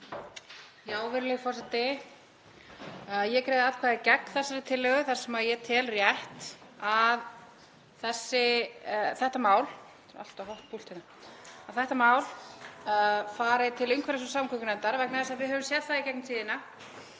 Virðulegi forseti. Ég greiði atkvæði gegn þessari tillögu þar sem ég tel rétt að þetta mál fari til umhverfis- og samgöngunefndar vegna þess að við höfum séð það í gegnum tíðina